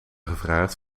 gevraagd